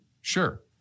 sure